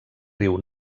riu